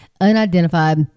unidentified